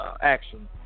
action